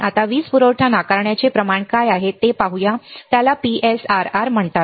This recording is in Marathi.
आता वीज पुरवठा नाकारण्याचे प्रमाण काय आहे ते पाहू त्याला PSRR म्हणतात